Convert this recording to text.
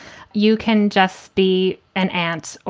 you can just be an aunt.